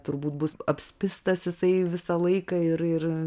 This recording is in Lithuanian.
turbūt bus apspistas jisai visą laiką ir ir